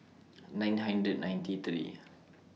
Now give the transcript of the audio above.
nine hundred ninety three